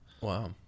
Wow